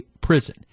prison